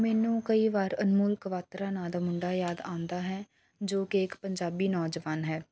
ਮੈਨੂੰ ਕਈ ਵਾਰ ਅਨਮੋਲ ਕਵਾਤਰਾ ਨਾਮ ਦਾ ਮੁੰਡਾ ਯਾਦ ਆਉਂਦਾ ਹੈ ਜੋ ਕਿ ਇੱਕ ਪੰਜਾਬੀ ਨੌਜਵਾਨ ਹੈ